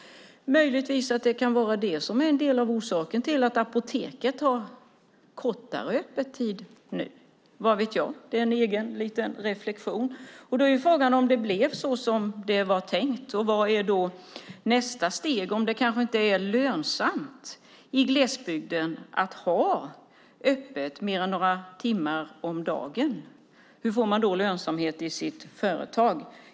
Det kan möjligen vara en av orsakerna till att apoteket har kortare öppethållande nu. Vad vet jag? Det är en egen reflektion. Frågan är om det blev som det var tänkt. Vad är nästa steg? I glesbygd kanske det inte är lönsamt att ha öppet mer än några timmar om dagen. Hur får man då lönsamhet i sitt företag?